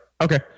okay